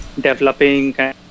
developing